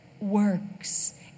works